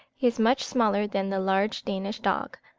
he is much smaller than the large danish dog.